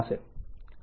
આમ vR vL 0